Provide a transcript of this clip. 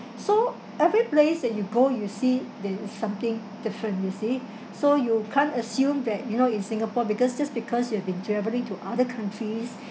so every place that you go you see there is something different you see so you can't assume that you know in singapore because just because you have been travelling to other countries